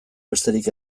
besterik